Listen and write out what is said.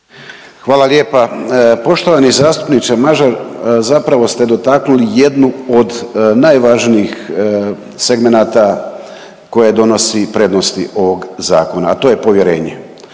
Hvala lijepa. Poštovani zastupniče Mažar, zapravo ste dotaknuli jednu od najvažnijih segmenata koje donosi prednosti ovog zakona, a to je povjerenje.